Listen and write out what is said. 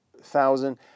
thousand